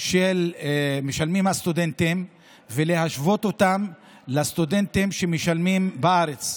שמשלמים הסטודנטים ולהשוות אותם לשל הסטודנטים שמשלמים בארץ.